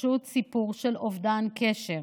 פשוט סיפור של אובדן קשר.